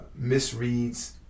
misreads